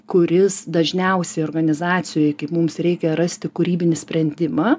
kuris dažniausiai organizacijoj kaip mums reikia rasti kūrybinį sprendimą